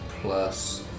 plus